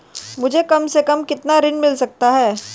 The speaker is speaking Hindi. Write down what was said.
मुझे कम से कम कितना ऋण मिल सकता है?